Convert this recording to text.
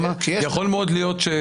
יכול להיות שהוא